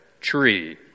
tree